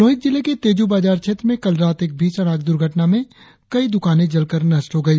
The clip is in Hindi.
लोहित जिले के तेजू बाजार क्षेत्र में कल रात एक भीषण आग द्र्घटना में कई दुकानें जलकर नष्ट हो गई